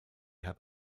have